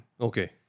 Okay